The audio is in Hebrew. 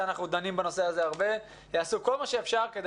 שאנחנו דנים בזה הרבה יעשו כל מה שאפשר כדי